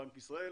בנק ישראל,